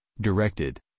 directed